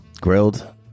Grilled